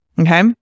Okay